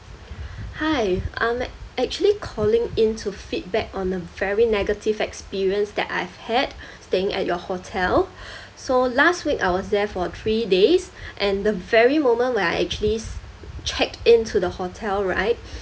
hi I'm actually calling in to feedback on a very negative experience that I've had staying at your hotel so last week I was there for three days and the very moment when I actually s~ checked in to the hotel right